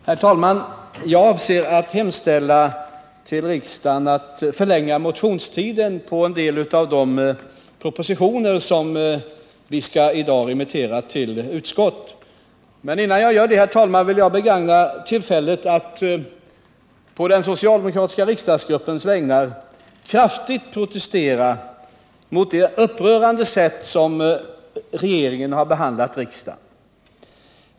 Herr talman! Jag avser att hemställa att riksdagen förlänger motionstiden för en del av de propositioner som vi i dag skall remittera till utskott. Men innan jag gör det vill jag begagna tillfället att på den socialdemokratiska riksdagsgruppens vägnar kraftigt protestera mot det upprörande sätt som regeringen har behandlat riksdagen på.